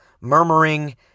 murmuring